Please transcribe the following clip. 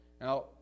now